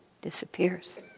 disappears